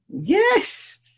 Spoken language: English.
Yes